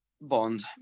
Bond